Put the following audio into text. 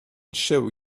show